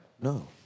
No